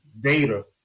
data